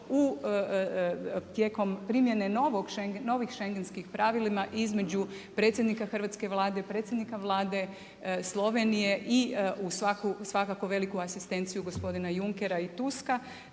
tijekom primjene novih schengenskih pravila između predsjednika hrvatske Vlade, predsjednika Vlade Slovenije i u svakako veliku asistenciju gospodina Junckera i Tuska,